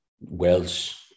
welsh